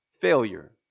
failure